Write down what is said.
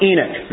Enoch